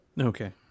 Okay